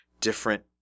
different